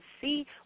see